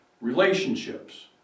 relationships